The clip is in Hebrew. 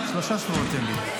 שלושה שבועות תן לי.